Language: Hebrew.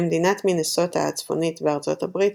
במדינת מינסוטה הצפונית בארצות הברית,